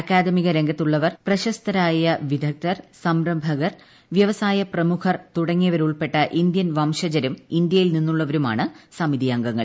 അക്കാദമിക രംഗത്തുള്ളവർ പ്രശസ്തരായ വിദഗ്ധർ സംരംഭകർ വ്യവസായ പ്രമുഖർ തുടങ്ങിയവരുൾപ്പെട്ട ഇന്ത്യൻ വംശജരും ഇന്ത്യയിൽ നിന്നുള്ളവരുമാണ് സമിതിയംഗങ്ങൾ